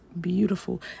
beautiful